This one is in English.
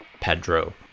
Pedro